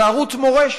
זה ערוץ מורשת,